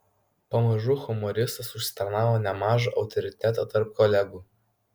pamažu humoristas užsitarnavo nemažą autoritetą tarp kolegų